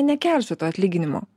nekelsiu to atlyginimo